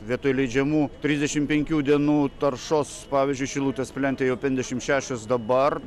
vietoj leidžiamų trisdešimt penkių dienų taršos pavyzdžiui šilutės plente jau penkiasdešimt šešios dabar